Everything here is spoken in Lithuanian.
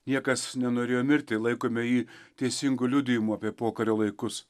niekas nenorėjo mirti laikome jį teisingu liudijimu apie pokario laikus